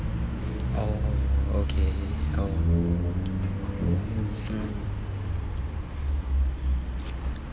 oh okay oh um